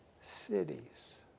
cities